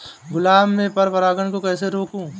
गुलाब में पर परागन को कैसे रोकुं?